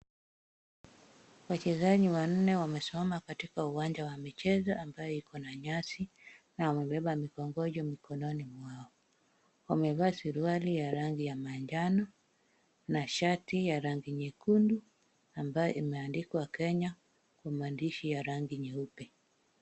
Wachezaji wanne wamesimama katika uwancha wa michezo, ambaye iko na nyasi na wamebepa mikongojo mkononi mwao, wamevaa suruali ya rangi ya manjano na shati ya rangi nyekundu ambayo imeandikwa Kenya mwa mandishi ya rangi nyeupe .